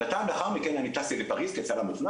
שנתיים לאחר מכן אני טסתי לפריז כצלם אופנה